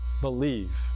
believe